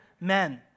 men